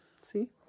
see